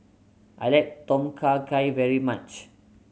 I like Tom Kha Gai very much